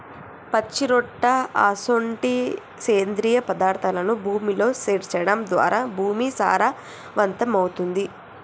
పచ్చిరొట్ట అసొంటి సేంద్రియ పదార్థాలను భూమిలో సేర్చడం ద్వారా భూమి సారవంతమవుతుంది